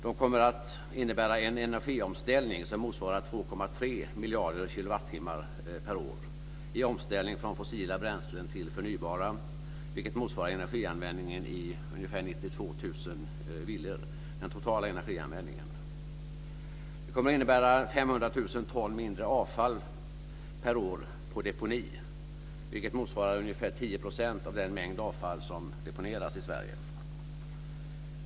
De kommer att innebära en energiomställning som motsvarar 2,3 miljarder kilowattimmar per år i omställning från fossila bränslen till förnybara, vilket motsvarar den totala energianvändningen i ungefär 92 000 villor. Det kommer att innebära 500 000 ton mindre avfall per år på deponi, vilket motsvarar ungefär 10 % av den mängd avfall som deponeras i Sverige.